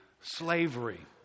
slavery